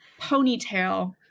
ponytail